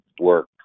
work